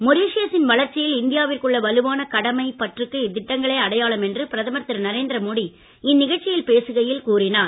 மொரிஷியசின் வளர்ச்சியில் இந்தியாவிற்குள்ள வலுவான கடமை பற்றுக்கு இத்திட்டங்களே அடையாளம் என்று பிரதமர் திரு நரேந்திரமோடி இந்நிகழ்ச்சியில் பேசுகையில் கூறினார்